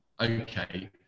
okay